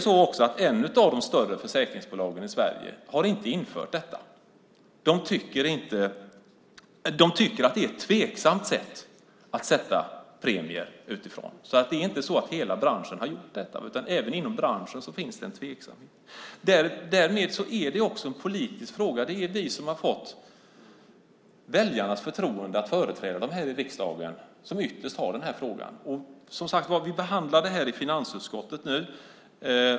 Ett av de större försäkringsbolagen i Sverige har inte infört detta. De tycker att det är en tvivelaktig grund att sätta premier utifrån. Det är alltså inte så att hela branschen har gjort detta, utan även inom branschen finns det en tveksamhet. Därmed är det också en politisk fråga. Det är vi, som har fått väljarnas förtroende att företräda dem här i riksdagen, som ytterst har den här frågan. Vi behandlar som sagt nu detta i finansutskottet.